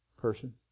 person